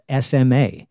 SMA